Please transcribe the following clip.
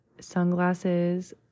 sunglasses